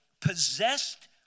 possessed